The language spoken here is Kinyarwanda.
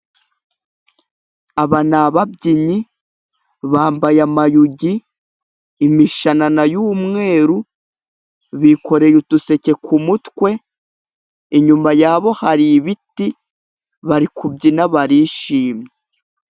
Aba ni ababyinnyi, bambaye amayugi, imishanana y'umweruru. Bikoreye uduseke ku mutwe, inyuma yabo hari ibiti, bari kubyina barishimye.